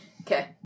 Okay